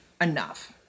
enough